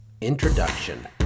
Introduction